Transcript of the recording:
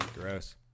Gross